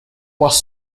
was